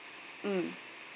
mm